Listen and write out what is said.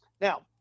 Now